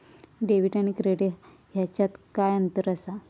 Debit आणि credit ह्याच्यात काय अंतर असा?